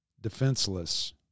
Defenseless